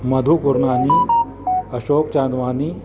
Madhu Gurnani Ashok Chandwani